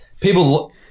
people